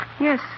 Yes